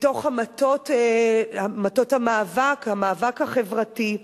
מתוך מטות המאבק, המאבק החברתי.